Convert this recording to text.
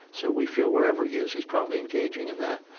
so we feel wherever he is, he's probably engaging in that.